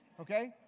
Okay